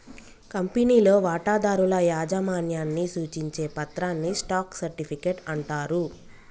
కంపెనీలో వాటాదారుల యాజమాన్యాన్ని సూచించే పత్రాన్ని స్టాక్ సర్టిఫికెట్ అంటారు